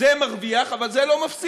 זה מרוויח, אבל זה לא מפסיד.